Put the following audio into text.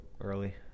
early